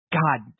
god